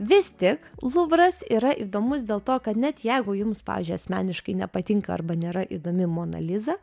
vis tik luvras yra įdomus dėl to kad net jeigu jums pavyzdžiui asmeniškai nepatinka arba nėra įdomi mona liza